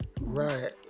right